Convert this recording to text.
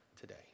today